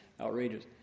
outrageous